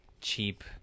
cheap